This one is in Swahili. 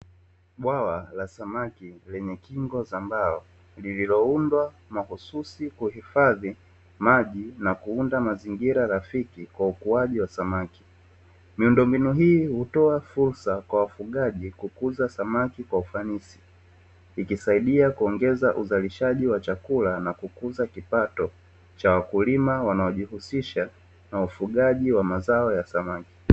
Bwawa la samaki lenye kingo za mbao, lililoundwa mahususi kuhifadhi maji na kuunda mazingira rafiki kwa ukuaji wa samaki, miundombinu hii hutoa fursa kwa wafugaji kukuza samaki kwa ufanisi. Ikisaidia kuongeza uzalishaji wa chakula na kukuza kipato cha wakulima wanaojihusisha na ufugaji wa mazao ya samaki.